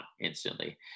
instantly